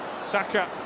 Saka